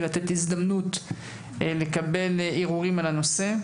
ולתת הזדמנות לקבל ערעורים על הנושא.